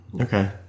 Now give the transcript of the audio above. Okay